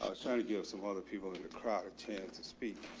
oh, sorry. do you have some other people in the crowd tends to speak,